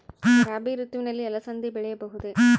ರಾಭಿ ಋತುವಿನಲ್ಲಿ ಅಲಸಂದಿ ಬೆಳೆಯಬಹುದೆ?